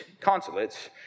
consulates